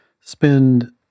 spend